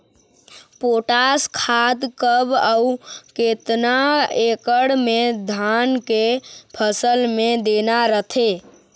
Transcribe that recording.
Potash खाद कब अऊ केतना एकड़ मे धान के फसल मे देना रथे?